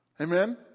Amen